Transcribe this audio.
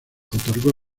otorgó